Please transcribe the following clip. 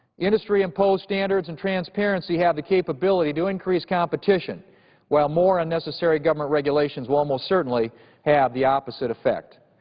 industry imposed standards and transpapersy have the capability to increase competition while more unnecessary government regulations will almost certainly have the opposite effect.